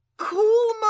Cool